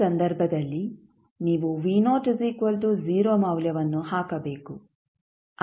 ಈ ಸಂದರ್ಭದಲ್ಲಿ ನೀವು ಮೌಲ್ಯವನ್ನು ಹಾಕಬೇಕು